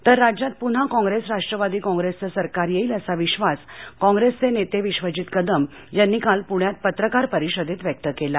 तर राज्यात पुन्हा काँग्रेस राष्ट्रवादी काँग्रेसचे सरकार येईल असा विश्वास काँग्रेसचे नेते विश्वजीत कदम यांनी काल पुण्यात पत्रकार परिषदेत व्यक्त केला